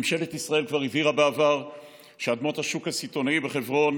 ממשלת ישראל כבר הבהירה בעבר שאדמות השוק הסיטונאי בחברון